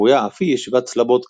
הקרויה אף היא ישיבת סלבודקה.